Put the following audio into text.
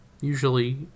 Usually